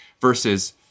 versus